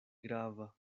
grava